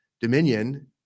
dominion